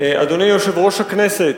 אדוני יושב-ראש הכנסת,